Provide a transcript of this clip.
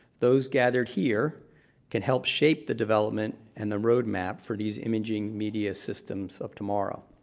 those gathered here can help shape the development and the roadmap for these imaging media systems of tomorrow.